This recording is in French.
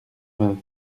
vingt